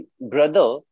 brother